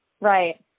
Right